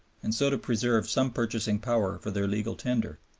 and so to preserve some purchasing power for their legal tender.